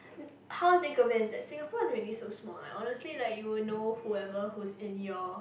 how I think of it is that Singapore is already so small like honestly like you will know whoever who's in your